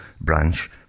branch